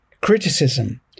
criticism